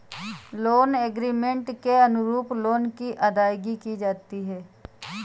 loan agreement के अनुरूप loan की अदायगी की जाती है